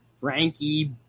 Frankie